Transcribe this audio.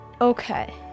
Okay